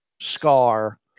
scar